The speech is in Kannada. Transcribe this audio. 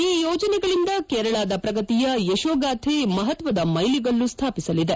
ಈ ಯೋಜನೆಗಳಿಂದ ಕೇರಳದ ಪ್ರಗತಿಯ ಯಶೋಗಾಥೆ ಮಹತ್ವದ ಮೈಲಿಗಲ್ಲು ಸ್ವಾಪಿಸಲಿದೆ